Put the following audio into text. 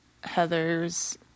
Heather's